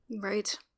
Right